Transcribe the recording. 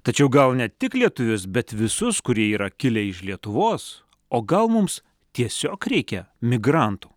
tačiau gal ne tik lietuvius bet visus kurie yra kilę iš lietuvos o gal mums tiesiog reikia migrantų